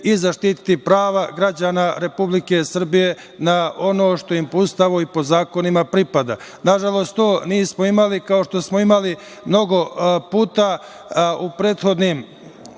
i zaštititi prava građana Republike Srbije na ono što im po Ustavu i po zakonima pripada. Nažalost, to nismo imali, kao što smo imali mnogo puta u prethodnim